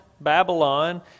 Babylon